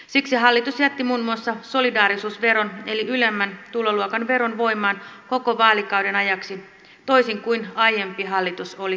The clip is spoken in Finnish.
siksi hallitus jätti muun muassa solidaarisuusveron eli ylemmän tuloluokan veron voimaan koko vaalikauden ajaksi toisin kuin aiempi hallitus oli suunnitellut